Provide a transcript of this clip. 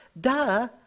Duh